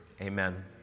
Amen